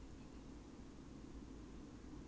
ya your pool is so nice